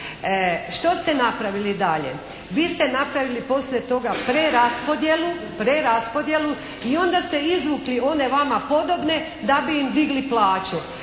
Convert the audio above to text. Što ste napravili dalje? Vi ste napravili poslije toga preraspodjelu i onda ste izvukli one vama podobne da bi im digli plaće,